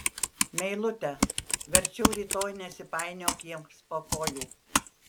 meilute verčiau rytoj nesipainiok jiems po kojų